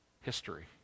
history